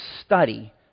study